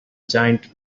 giant